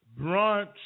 Brunch